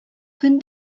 көн